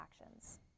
actions